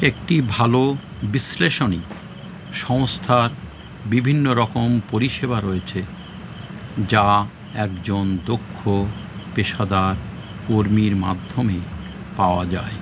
একটি ভালো বিশ্লেষণী সংস্থার বিভিন্ন রকম পরিষেবা রয়েছে যা একজন দক্ষ পেশাদার কর্মীর মাধ্যমে পাওয়া যায়